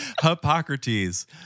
Hippocrates